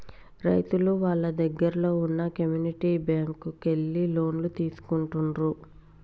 రైతులు వాళ్ళ దగ్గరల్లో వున్న కమ్యూనిటీ బ్యాంక్ కు ఎళ్లి లోన్లు తీసుకుంటుండ్రు